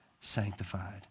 sanctified